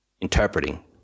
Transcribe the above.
interpreting